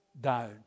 down